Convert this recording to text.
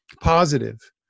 positive